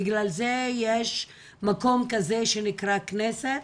בגלל זה יש מקום כזה שנקרא כנסת.